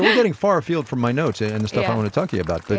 getting far afield from my notes and the stuff i want to talk to you about, but